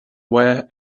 where